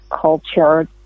culture